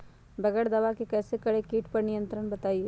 बगैर दवा के कैसे करें कीट पर नियंत्रण बताइए?